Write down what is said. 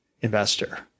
investor